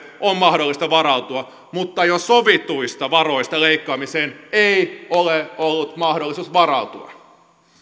on mahdollista varautua mutta jo sovituista varoista leikkaamiseen ei ole ollut mahdollisuus varautua